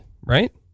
Right